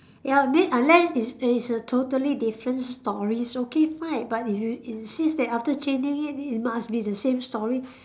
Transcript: ya on it unless it's it's a totally different stories okay fine but if you insist that after changing it it must be the same story